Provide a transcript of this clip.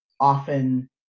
often